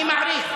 אני מעריך,